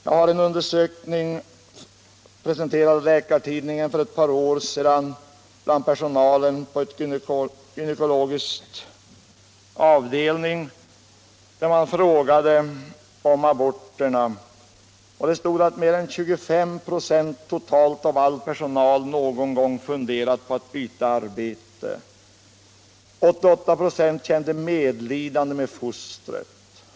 Läkartidningen presenterade för ett par år sedan en undersökning bland personalen på en gynekologisk avdelning där man frågade om aborterna. Där stod att mer än 25 24 totalt av all personal någon gång funderat på att byta arbete. 88 926 kände medlidande med fostret.